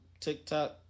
tiktok